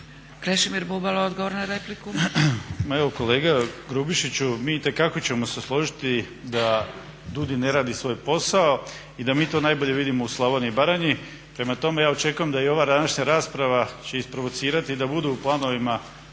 Krešimir Bubalo, odgovor na repliku.